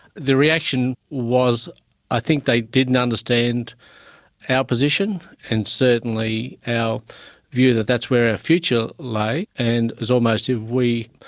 the reaction was i think they didn't understand our position and certainly our view that that's where our future lay. and it's almost if we,